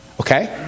Okay